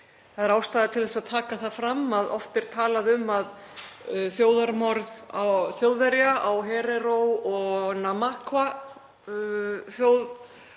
Það er ástæða til að taka það fram að oft er talað um að þjóðarmorð Þjóðverja á Herero- og Namaqua-þjóðbálknum